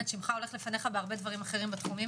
שמך הולך לפניך בהרבה דברים אחרים בתחומים